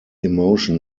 emotion